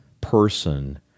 person